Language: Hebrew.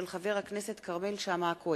של חבר הכנסת כרמל שאמה-הכהן.